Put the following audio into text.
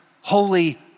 holy